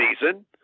season